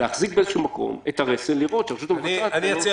להחזיק באיזשהו מקום את הרסן ולראות שהרשות המבצעת לא --- ולמצוא